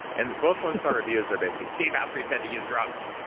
and both one-star reviews are basically, dave asprey said to use drugs.